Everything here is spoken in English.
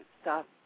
stop